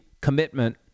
commitment